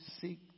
seek